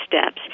steps